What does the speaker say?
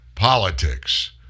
politics